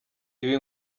ibi